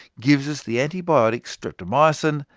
gives us the antibiotic, streptomycin,